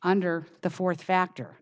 under the fourth factor